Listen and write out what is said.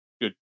good